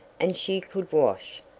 and she could wash,